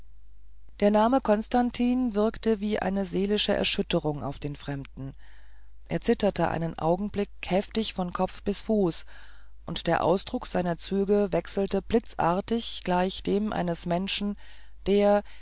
der name konstantin wirkte wie eine seelische erschütterung auf den fremden er zitterte einen augenblick heftig von kopf bis fuß und der ausdruck seiner züge wechselte blitzartig gleich dem eines menschen der